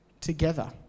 together